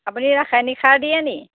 অপুনি ৰাসায়নিক সাৰ দিয়েনি